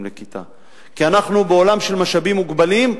לכיתה כי אנחנו בעולם של משאבים מוגבלים,